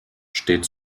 steht